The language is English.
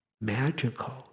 magical